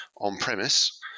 on-premise